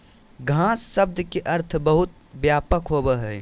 घास शब्द के अर्थ बहुत व्यापक होबो हइ